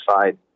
side